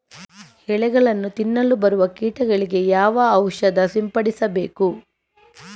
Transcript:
ಎಲೆಗಳನ್ನು ತಿನ್ನಲು ಬರುವ ಕೀಟಗಳಿಗೆ ಯಾವ ಔಷಧ ಸಿಂಪಡಿಸಬೇಕು?